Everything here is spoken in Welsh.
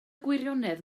gwirionedd